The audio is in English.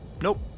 Nope